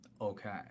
Okay